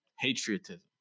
patriotism